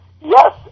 Yes